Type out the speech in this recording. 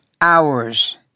hours